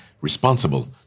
responsible